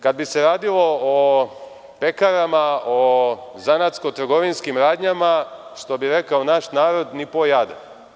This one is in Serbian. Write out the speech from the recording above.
Kad bi se radilo o pekarama, o zanatsko-trgovinskim radnjama, što bi rekao naš narod – ni po jada.